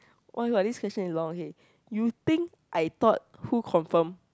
oh !wah! this question is long okay you think I thought who confirm